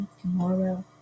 tomorrow